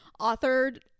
authored